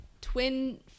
twin